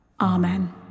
amen